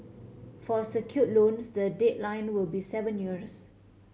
for secure loans the deadline will be seven years